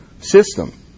system